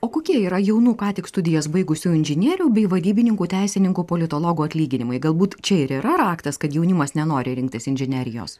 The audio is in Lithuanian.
o kokie yra jaunų ką tik studijas baigusių inžinierių bei vadybininkų teisininkų politologų atlyginimai galbūt čia ir yra raktas kad jaunimas nenori rinktis inžinerijos